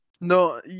no